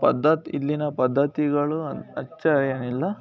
ಪದ್ಧತಿ ಇಲ್ಲಿನ ಪದ್ಧತಿಗಳು ಅಚ್ಚ ಏನಿಲ್ಲ